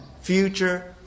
future